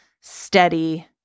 steady